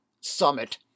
Summit